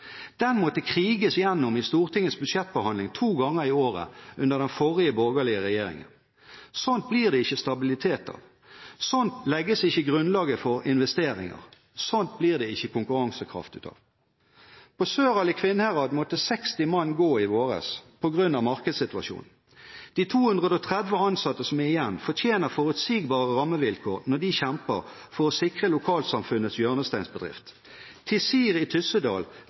Den måtte kriges igjennom i Stortingets budsjettbehandling to ganger i året under den forrige borgerlige regjering. Slikt blir det ikke stabilitet av, slikt legger ikke grunnlaget for investeringer, slikt blir det ikke konkurransekraft av. På Søral i Kvinnherad måtte 60 mann gå i våres, på grunn av markedssituasjonen. De 230 ansatte som er igjen, fortjener forutsigbare rammevilkår når de kjemper for å sikre lokalsamfunnets hjørnesteinsbedrift. Tizir i Tyssedal